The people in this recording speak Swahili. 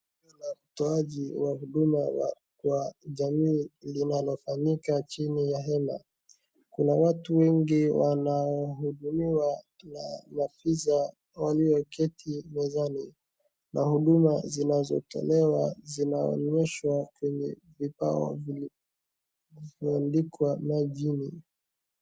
Utoaji wa huduma kwa jamii linalofanyika chini ya hema. Kuna watu wengi wanaohudumiwa na maafisa walioketi mezani na huduma zinazotolewa zimeonyeshwa kwenye vibao vilivyoandikwa majini.